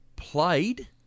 Played